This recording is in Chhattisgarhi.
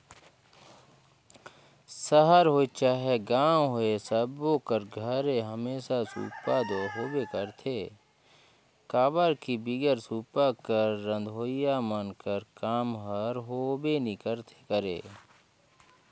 सहर होए चहे गाँव होए सब कर घरे हमेसा सूपा दो होबे करथे काबर कि बिगर सूपा कर रधोइया मन कर काम हर होबे नी करे